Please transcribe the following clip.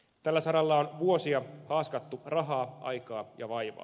tällä saralla on vuosia haaskattu rahaa aikaa ja vaivaa